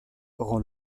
rend